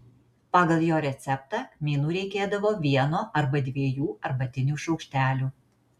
pagal jo receptą kmynų reikėdavo vieno arba dviejų arbatinių šaukštelių